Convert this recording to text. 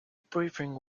briefing